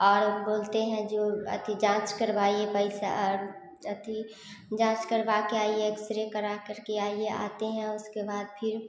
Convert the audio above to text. और बोलते हैं जो अथि जाँच करवाइए पैसा अथि जाँच करवा के आइए एक्स रे कराकर के आइए आते हैं उसके बाद फिर